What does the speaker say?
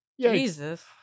Jesus